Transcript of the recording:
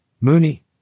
Mooney